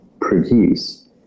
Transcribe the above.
produce